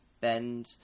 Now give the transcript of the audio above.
Bend